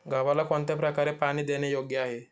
गव्हाला कोणत्या प्रकारे पाणी देणे योग्य आहे?